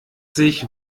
sich